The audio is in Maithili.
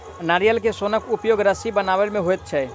नारियल के सोनक उपयोग रस्सी बनबय मे होइत छै